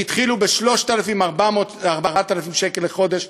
הם התחילו ב-3,000 4,000 שקל לחודש,